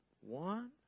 One